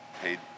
paid